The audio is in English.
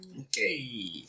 Okay